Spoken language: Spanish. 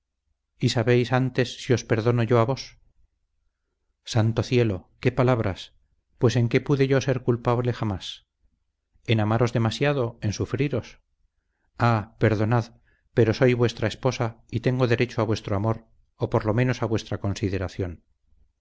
sabéis antes si os perdono yo a vos santo cielo qué palabras pues en qué pude yo ser culpable jamás en amaros demasiado en sufriros ah perdonad pero soy vuestra esposa y tengo derecho a vuestro amor o por lo menos a vuestra consideración